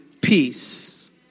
peace